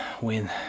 win